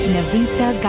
Navita